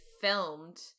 filmed